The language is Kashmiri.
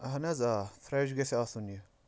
اہن حظ آ فرٛٮ۪ش گَژھِ آسُن یہِ